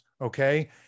okay